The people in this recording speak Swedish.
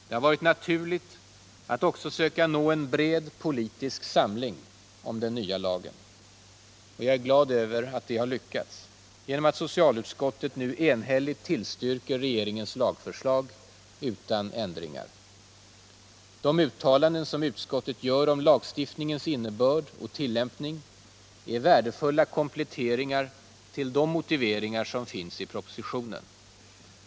Det har varit naturligt att också söka nå en bred politisk samling om den nya lagen. Jag är glad över att detta har lyckats, genom att socialutskottet nu enhälligt tillstyrker regeringens lagförslag utan ändringar. De uttalanden som utskottet gör om lagstiftningens innebörd och tillämpning är värdefulla kompletteringar till de motiveringar som finns i propositionen.